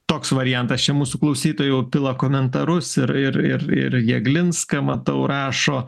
toks variantas čia mūsų klausytojai jau pila komentarus ir ir ir ir jeglinską matau rašo